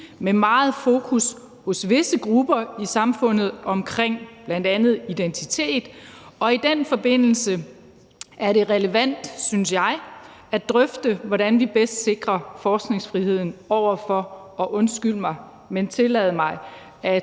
med meget fokus hos visse grupper i samfundet på bl.a. identitet. Og i den forbindelse er det relevant, synes jeg, at drøfte, hvordan vi bedst sikrer forskningsfriheden over for, undskyld mig, men tillad mig